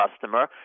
customer